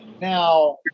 Now